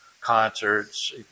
concerts